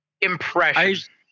impression—